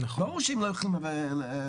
ברור שאנחנו לא נוותר,